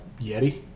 Yeti